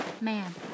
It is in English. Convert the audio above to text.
Man